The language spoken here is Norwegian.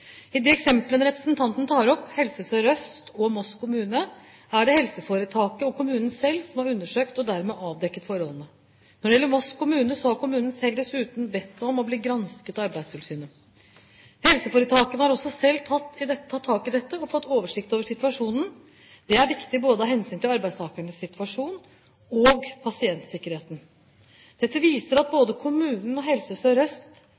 I de eksemplene representanten tar opp, Helse Sør-Øst og Moss kommune, er det helseforetaket og kommunen selv som har undersøkt og dermed avdekket forholdene. Når det gjelder Moss kommune, har kommunen dessuten selv bedt om å bli gransket av Arbeidstilsynet. Helseforetakene har også selv tatt tak i dette og fått oversikt over situasjonen. Det er viktig både av hensyn til arbeidstakernes situasjon og pasientsikkerheten. Dette viser at både kommunen og Helse